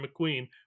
McQueen